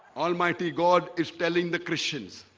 almighty god is telling the christians